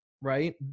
right